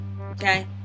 okay